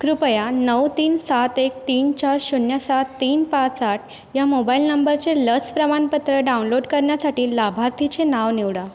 कृपया नऊ तीन सात एक तीन चार शून्य सात तीन पाच आठ ह्या मोबाईल नंबरचे लस प्रमाणपत्र डाउनलोट करण्यासाठी लाभार्थीचे नाव निवडा